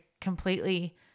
completely